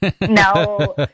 no